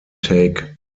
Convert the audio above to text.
take